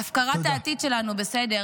הפקרת העתיד שלנו בסדר.